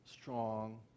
Strong